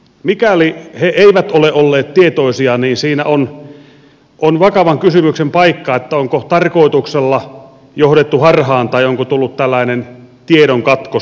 mikäli he eivät ole olleet tietoisia niin siinä on vakavan kysymyksen paikka onko tarkoituksella johdettu harhaan tai onko tullut tällainen tiedonkatkos